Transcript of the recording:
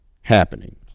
happening